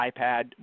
iPad